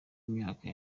myaka